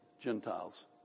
Gentiles